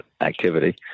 activity